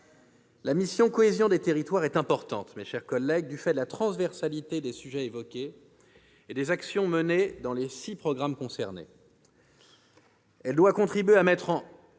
La mission « Cohésion des territoires » est importante, du fait de la transversalité des sujets évoqués et des actions menées dans les six programmes concernés. Elle doit contribuer à mettre en